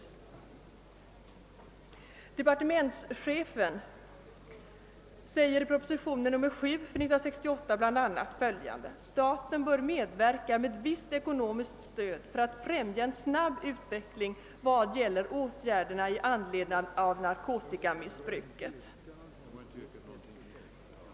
Departementschefen säger i propositionen 7 för 1968 bl.a., att staten bör medverka med visst ekonomiskt stöd för att främja en snabb utveckling vad gäller åtgärderna i anledning av narkotikamissbruket.